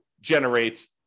generate